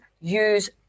use